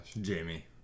Jamie